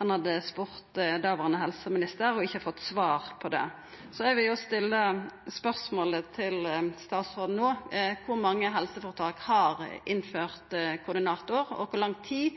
Han hadde spurt helseministeren tidlegare og ikkje fått svar på det. Eg vil stilla spørsmålet til statsråden no: Kor mange helseføretak har innført koordinator, og kor lang tid